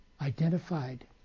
identified